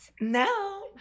No